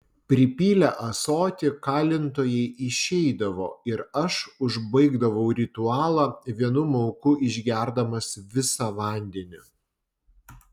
pripylę ąsotį kalintojai išeidavo ir aš užbaigdavau ritualą vienu mauku išgerdamas visą vandenį